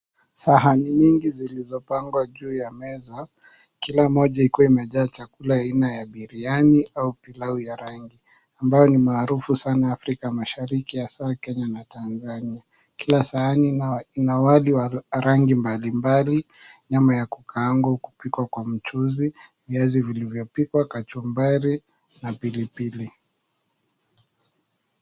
Sahani nyingi zilizopangwa juu ya meza, kila moja ikiwa imejaa chakula aina ya biriani au pilau ya rangi ambayo ni maharufu sana Afrika Mashariki hasa Kenya na Tanzania. Kila sahani ina wali wa rangi mbalimbali , nyama ya kukaangwa kupikwa kwa mchuzi, viazi vilivyopikwa, kachumbari na pilipili.